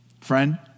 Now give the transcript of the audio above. Friend